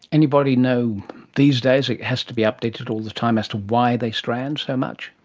anybody know these days, it has to be updated all the time, as to why they strand so much?